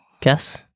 Guess